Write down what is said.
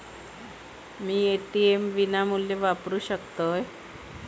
मी ATM विनामूल्य वापरू शकतय?